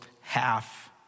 half